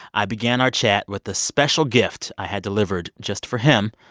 i began our chat with a special gift i had delivered just for him.